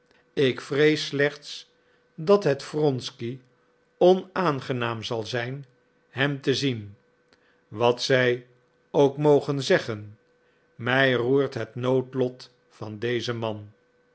ik vrees slechts dat het wronsky onaangenaam zal zijn hem te zien wat zij ook mogen zeggen mij roert het noodlot van dezen man